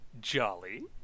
Jolly